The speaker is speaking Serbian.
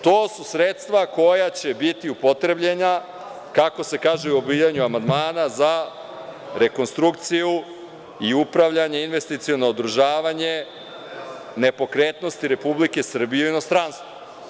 To su sredstva koja će biti upotrebljena, kako se kaže u odbijanju amandmana, za rekonstrukciju i upravljanje i investiciono održavanje nepokretnosti Republike Srbije u inostranstvu.